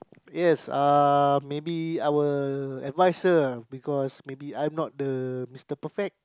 yes uh maybe I will advise her because maybe I am not the Mister perfect